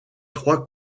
trois